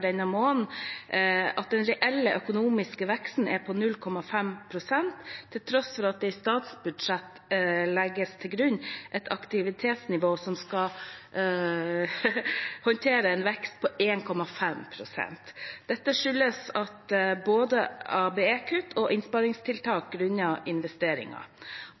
at den reelle økonomiske veksten er på 0,5 pst., til tross for at det i statsbudsjettet legges til grunn et aktivitetsnivå som skal håndtere en vekst på 1,5 pst. Dette skyldes både ABE-kutt og innsparingstiltak grunnet investeringer.